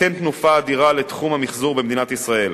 ייתן תנופה אדירה לתחום המיחזור במדינת ישראל